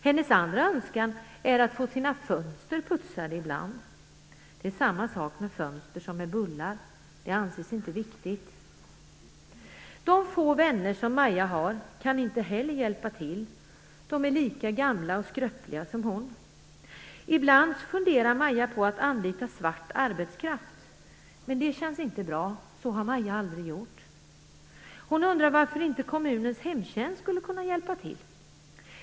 Hennes andra önskemål är att få sina fönster putsade ibland, men det är samma sak med fönster som med bullar: De anses inte viktiga. De få vänner som Maja har kan inte heller hjälpa till. De är lika gamla och skröpliga som hon. Ibland funderar Maja på att anlita svart arbetskraft, men det känns inte bra. Så har Maja aldrig gjort. Hon undrar varför inte kommunens hemtjänst skulle kunna hjälpa till.